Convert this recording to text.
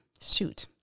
shoot